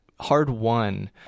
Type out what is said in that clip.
hard-won